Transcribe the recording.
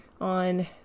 on